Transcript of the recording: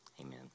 Amen